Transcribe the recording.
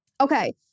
Okay